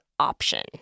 Option